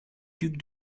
duc